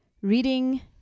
reading